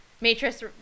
Matrix